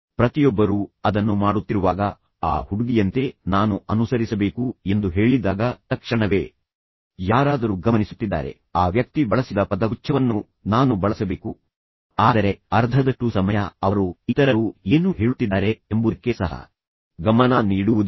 ಪ್ರತಿಯೊಬ್ಬರೂ ಅದನ್ನು ಮಾಡುತ್ತಿರುವಾಗ ಆ ಹುಡುಗಿಯಂತೆ ನಾನು ಅನುಸರಿಸಬೇಕು ಎಂದು ಹೇಳಿದಾಗ ತಕ್ಷಣವೇ ಯಾರಾದರೂ ಗಮನಿಸುತ್ತಿದ್ದಾರೆ ಆ ವ್ಯಕ್ತಿ ಬಳಸಿದ ಪದಗುಚ್ಛವನ್ನು ನಾನು ಬಳಸಬೇಕು ಆದರೆ ಅರ್ಧದಷ್ಟು ಸಮಯ ಅವರು ಇತರರು ಏನು ಹೇಳುತ್ತಿದ್ದಾರೆ ಎಂಬುದಕ್ಕೆ ಸಹ ಗಮನ ನೀಡುವುದಿಲ್ಲ